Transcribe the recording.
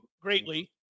greatly